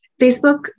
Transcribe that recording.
Facebook